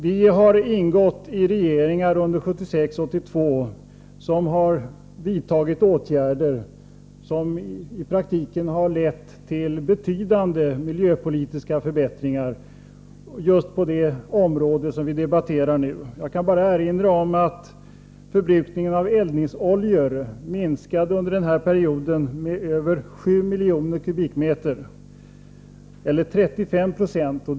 Vi har ingått i regeringar under tiden 1976-1982 som har vidtagit åtgärder som i praktiken har lett till betydande miljöpolitiska förbättringar just på det område som vi debatterar nu. Jag kan bara erinra om att förbrukningen av eldningsoljor under den här perioden minskade med över 7 miljoner m? eller 35 20.